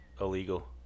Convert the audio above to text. illegal